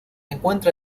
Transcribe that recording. encuentra